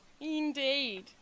Indeed